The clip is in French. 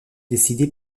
décidée